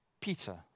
Peter